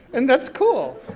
and that's cool,